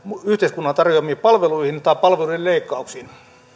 yhteiskunnan tarjoamiin palveluihin tai palveluiden leikkauksiin